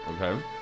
Okay